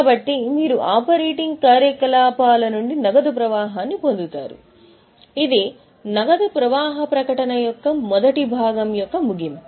కాబట్టి మీరు ఆపరేటింగ్ కార్యకలాపాల నుండి నగదు ప్రవాహాన్ని పొందుతారు ఇది నగదు ప్రవాహ ప్రకటన యొక్క మొదటి భాగం యొక్క ముగింపు